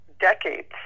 decades